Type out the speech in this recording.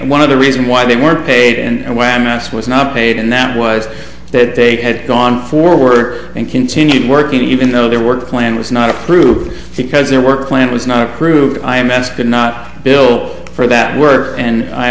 one of the reason why they weren't paid and why mass was not paid and that was that they had gone for work and continued working even though their work plan was not approved because their work plan was not approved i m s could not bill for that work and i